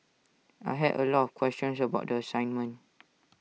I had A lot of questions about the assignment